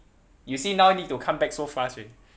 you see now need to come back so fast already